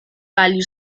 value